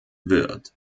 wird